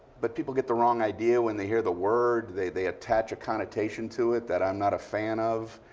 but people get the wrong idea when they hear the word. they they attach a connotation to it that i'm not a fan of,